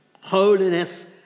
holiness